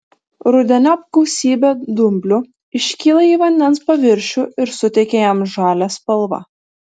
rudeniop gausybė dumblių iškyla į vandens paviršių ir suteikia jam žalią spalvą